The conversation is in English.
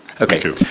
Okay